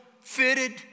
fitted